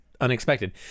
unexpected